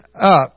up